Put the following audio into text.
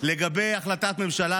לגבי החלטת ממשלה,